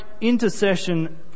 intercession